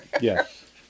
Yes